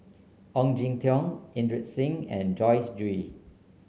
Ong Jin Teong Inderjit Singh and Joyce Jue